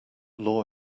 law